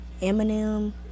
eminem